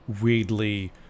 weirdly